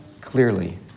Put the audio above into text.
clearly